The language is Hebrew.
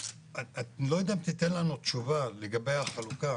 אני לא יודע אם תיתן לנו תשובה לגבי החלוקה